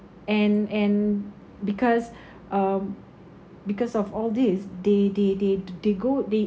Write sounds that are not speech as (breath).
and and because (breath) um because of all these they they they they go they